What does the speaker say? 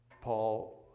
Paul